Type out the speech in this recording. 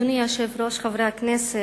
אדוני היושב-ראש, חברי הכנסת,